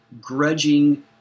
grudging